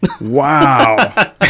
Wow